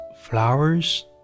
flowers